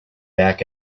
back